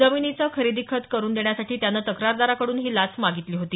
जमिनीचं खरेदी खत करुन देण्यासाठी त्यानं तक्रारदाराकडून ही लाच मागितली होती